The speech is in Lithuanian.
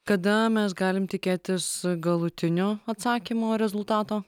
kada mes galim tikėtis galutinio atsakymo rezultato